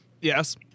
Yes